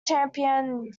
champion